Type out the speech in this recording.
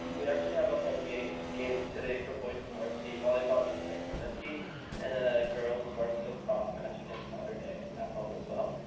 um we actually have a home game game today fro boys varsity volleyball against san clemente and a girls varsity lacrosse match against mater dei at home, as well.